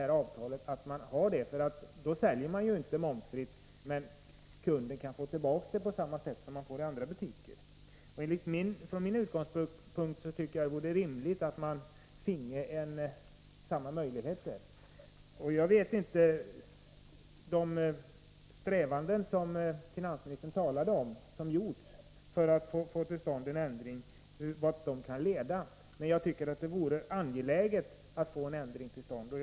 När en butik lämnat ”tax-free”-kvitton säljer den ju inte momsfritt, men kunden kan få tillbaka momsen på samma sätt som när han handlar i butiker utanför flygplatsen. Från den utgångspunkten tycker jag att det vore rimligt att samma möjligheter gällde. Finansministern talade om att man gjort försök att få en ändring till stånd. Jag vet inte vart den kan leda, men jag tycker att det vore angeläget med en sådan ändring.